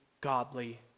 godly